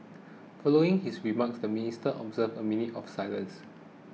following his remarks the Ministers observed a minute of silence